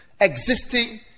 existing